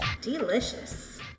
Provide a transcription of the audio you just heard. Delicious